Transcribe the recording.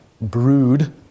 brood